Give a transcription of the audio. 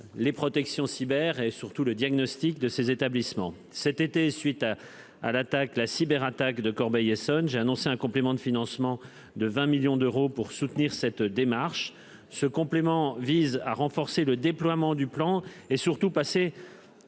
les protections cyber et surtout le diagnostic de ces établissements cet été suite à l'attaque. La cyberattaque de Corbeil-Essonnes. J'ai annoncé un complément de financement de 20 millions d'euros pour soutenir cette démarche ce complément vise à renforcer le déploiement du plan et surtout passer.